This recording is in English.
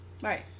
Right